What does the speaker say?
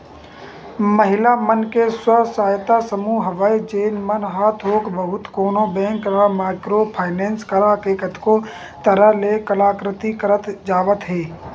महिला मन के स्व सहायता समूह हवय जेन मन ह थोक बहुत कोनो बेंक ले माइक्रो फायनेंस करा के कतको तरह ले कलाकृति करत जावत हे